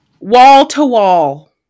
Wall-to-wall